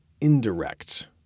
indirect